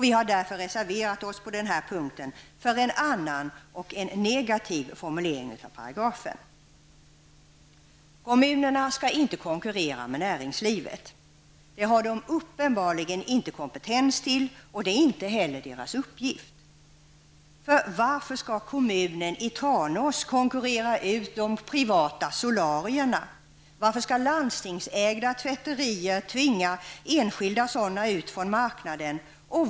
Vi har därför reserverat oss på denna punkt för en annan och negativ formulering av paragrafen. Kommunerna skall inte konkurrera med näringslivet. Det har de uppenbarligen inte kompetens till och det är heller inte deras uppgift. Varför skall kommunen i Tranås konkurrera ut de privata solarierna? Varför skall landstingsägda tvätterier tvinga enskilda sådana ut från marknaden?